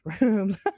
rooms